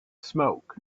smoke